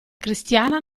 cristiana